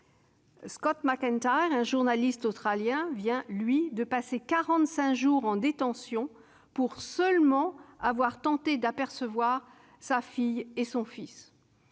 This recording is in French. Scott McIntyre, un journaliste australien, vient, lui, de passer quarante-cinq jours en détention pour avoir seulement tenté d'apercevoir sa fille et son fils.